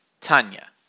Tanya